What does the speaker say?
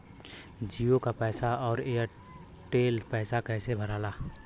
जीओ का पैसा और एयर तेलका पैसा कैसे भराला?